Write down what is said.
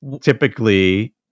typically